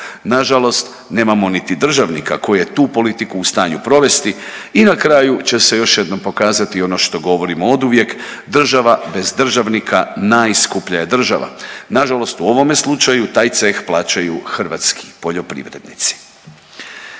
Na žalost nemamo niti državnika koji je tu politiku u stanju provesti. I na kraju će se još jednom pokazati ono što govorimo oduvijek, država bez državnika najskuplja je država. Na žalost u ovome slučaju taj ceh plaćaju hrvatski poljoprivrednici.